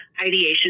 ideation